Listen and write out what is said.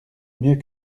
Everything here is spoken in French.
mieux